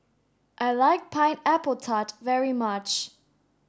I like pineapple tart very much